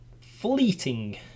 fleeting